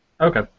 Okay